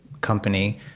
company